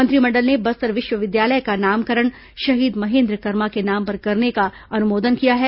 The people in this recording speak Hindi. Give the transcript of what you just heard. मंत्रिमंडल ने बस्तर विश्वविद्यालय का नामकरण शहीद महेन्द्र कर्मा के नाम पर करने का अनुमोदन किया है